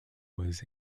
was